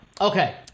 Okay